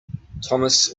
thomas